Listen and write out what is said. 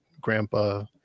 grandpa